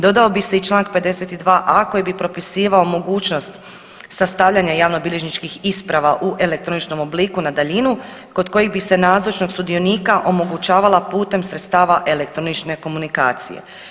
Dodao bi se i čl. 52.a koji bi propisivao mogućnost sastavljanja javnobilježničkih isprava u elektroničnom obliku na daljinu kod kojih bi se nazočnost sudionika omogućavala putem sredstava elektronične komunikacije.